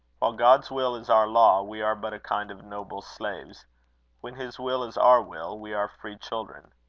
while god's will is our law, we are but a kind of noble slaves when his will is our will, we are free children.